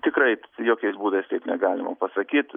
tikrai jokiais būdais taip negalima pasakyt